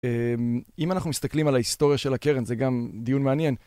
אם אנחנו מסתכלים על ההיסטוריה של הקרן, זה גם דיון מעניין.